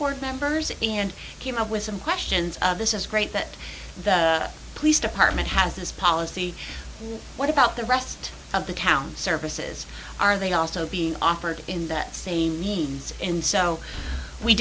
for members and came up with some questions of this is great that the police department has this policy what about the rest of the council offices are they also being offered in that same means and so we